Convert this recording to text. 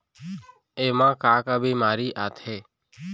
एमा का का बेमारी आथे?